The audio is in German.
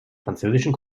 französischen